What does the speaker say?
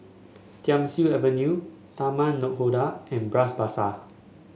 Thiam Siew Avenue Taman Nakhoda and Bras Basah